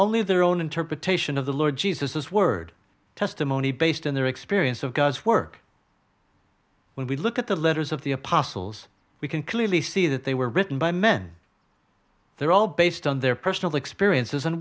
only their own interpretation of the lord jesus as word testimony based on their experience of god's work when we look at the letters of the apostles we can clearly see that they were written by men they're all based on their personal experiences and